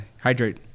hydrate